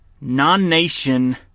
non-nation